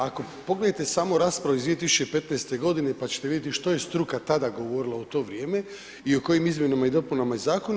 Ako pogledate samo raspravu iz 2015. godine pa ćete vidjeti što je struka tada govorila u to vrijeme i o kojim izmjenama i dopunama zakona.